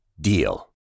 DEAL